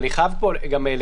אני חייב פה לחדד.